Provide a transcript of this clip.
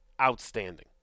outstanding